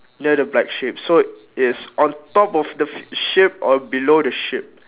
near the black sheep so it's on top of the sheep or below the sheep